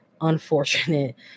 unfortunate